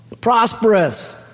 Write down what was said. prosperous